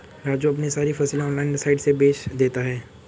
राजू अपनी सारी फसलें ऑनलाइन साइट से बेंच देता हैं